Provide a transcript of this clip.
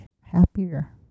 happier